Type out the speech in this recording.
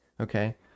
Okay